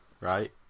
right